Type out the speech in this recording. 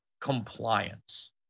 Compliance